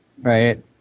Right